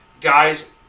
guys